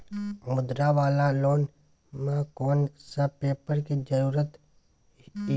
मुद्रा वाला लोन म कोन सब पेपर के जरूरत इ?